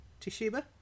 Toshiba